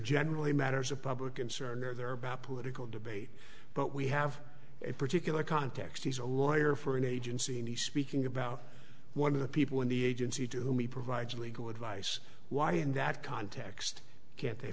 generally matters of public concern or they're about political debate but we have a particular context he's a lawyer for an agency and he's speaking about one of the people in the agency to whom he provides legal advice why in that context can't they